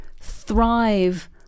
thrive